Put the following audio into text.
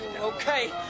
Okay